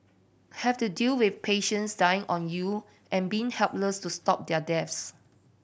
have to deal with patients dying on you and being helpless to stop their deaths